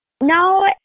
No